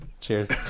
cheers